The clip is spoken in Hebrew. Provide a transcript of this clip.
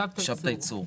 שבתאי צור.